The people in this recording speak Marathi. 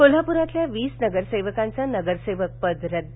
कोल्हापुरातल्या वस्ति नगरसेवकांचं नगरसेवक पद रद्द